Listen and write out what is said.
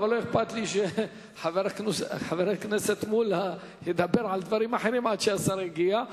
אך לא אכפת לי שחבר הכנסת מולה ידבר על דברים אחרים עד שהשר יגיע.